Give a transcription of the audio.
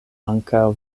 ankaŭ